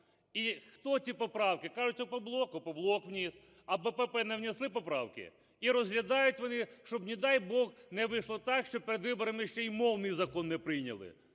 І хто ці поправки, кажуть, "Опоблок" – "Опоблок" вніс. А БПП не внесли поправки? І розглядають вони, щоб, не дай Бог, не вийшло так, що перед виборами ще й мовний закон не прийняли.